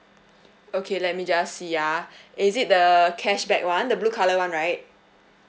okay let me just see ah is it the cashback one the blue colour one right